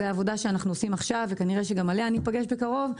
זאת עבודה שאנחנו עושים עכשיו וכנראה שגם עליה ניפגש בקרוב.